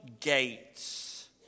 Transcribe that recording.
gates